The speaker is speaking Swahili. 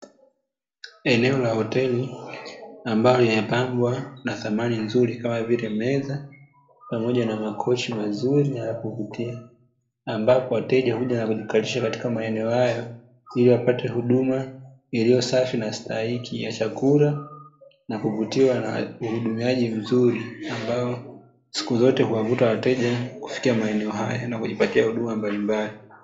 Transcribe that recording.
Eneo la hoteli ambayo imepambwa na samani nzuri kama vile, meza, pamoja na makochi mazuri na ya kuvutia, ambapo wateja huja na kujikalisha katika maeneo hayo, ili wapate huduma iliyo safi na stahiki ya chakula na kuvutiwa na uhudumiaji mzuri, ambao siku zote huwavuta wateja kufikia maeneo hayo na kujipatia huduma mbalimbali.